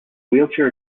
wheelchair